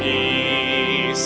the